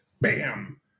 bam